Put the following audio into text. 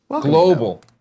Global